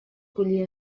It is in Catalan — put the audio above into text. collir